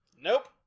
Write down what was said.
nope